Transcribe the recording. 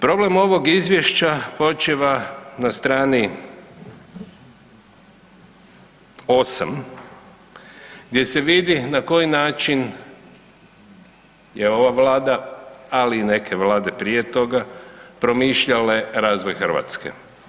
Problem ovog izvješća počiva na strani 8 gdje se vidi na koji način je ova vlada, ali i neke vlade prije toga, promišljale razvoj Hrvatske.